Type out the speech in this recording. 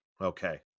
Okay